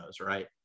right